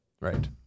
Right